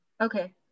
okay